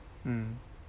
mm